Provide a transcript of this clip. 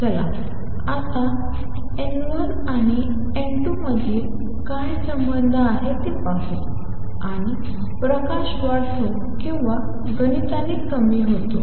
चला आता N1 आणि N2 मधील हा संबंध पाहू आणि प्रकाश वाढतो किंवा गणिताने कमी होतो